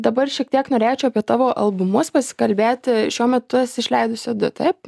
dabar šiek tiek norėčiau apie tavo albumus pasikalbėti šiuo metu esi išleidusi du taip